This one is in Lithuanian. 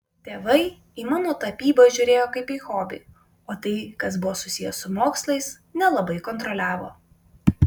tėvai į mano tapybą žiūrėjo kaip į hobį o tai kas buvo susiję su mokslais nelabai kontroliavo